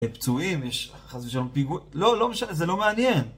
הפצועים, יש חס ושלום פיגועים, לא, לא משנה, זה לא מעניין.